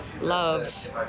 love